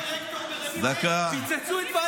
אם אני אציע את אהרן ברק, הם יהרגו אותו באותו